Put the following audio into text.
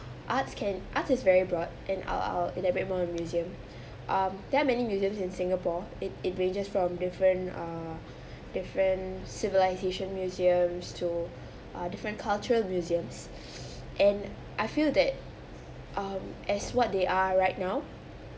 arts can arts is very broad and I'll I'll elaborate more on museum um there are many museums in singapore it it ranges from different uh different civilisation museums to uh different culture museums and I feel that um as what they are right now